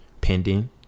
Pending